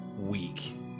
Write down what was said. week